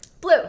Blue